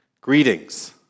greetings